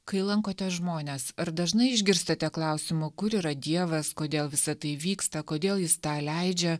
kai lankote žmones ar dažnai išgirstate klausimą kur yra dievas kodėl visa tai vyksta kodėl jis tą leidžia